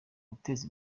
guteza